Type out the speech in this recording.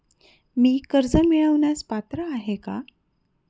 मी कर्ज मिळवण्यास पात्र आहे का?